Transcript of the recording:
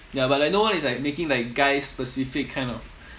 ya but like no one is like making like guy's specific kind of